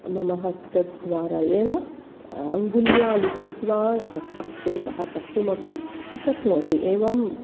मम हस्तद्वारा एव अङ्गुल्या लिखित्वा हस्तक्षेपः कर्तुमपि शक्नोति एवम्